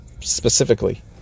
specifically